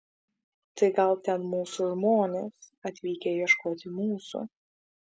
tai gal ten mūsų žmonės atvykę ieškoti mūsų